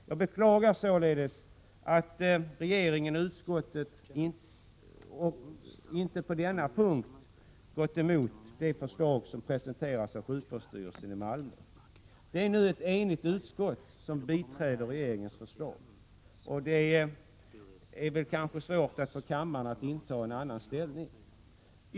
Jag beklagar således att regeringen och utskottet inte på denna punkt gått emot det förslag som presenterats av sjukvårdsstyrelsen i Malmö. Det är nu ett enigt utskott som biträder regeringens förslag, och det är väl svårt att få kammaren att inta en annan ställning.